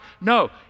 No